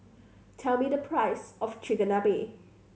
tell me the price of Chigenabe